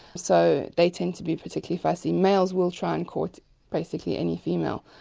so they tend to be particularly fussy. males will try and court basically any female.